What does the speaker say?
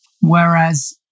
Whereas